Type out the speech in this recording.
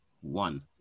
one